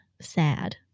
sad